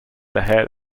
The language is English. ahead